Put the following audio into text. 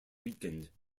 weakened